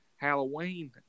Halloween